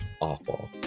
awful